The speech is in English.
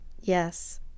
yes